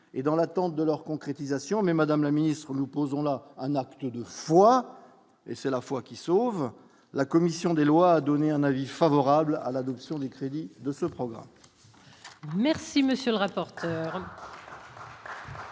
et dans l'attente de leur concrétisation mais Madame la Ministre, nous posons la à Naples 2 fois et c'est la foi qui sauve la commission des lois a donné un avis favorable à l'adoption des crédits de ce programme.